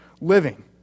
living